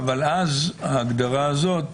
אבל אז ההגדרה הזאת